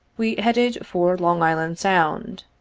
we headed for long island sound.